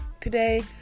Today